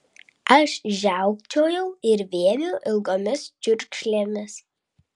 aš žiaukčiojau ir vėmiau ilgomis čiurkšlėmis